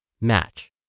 match